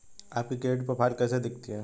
आपकी credit profile कैसी दिखती है?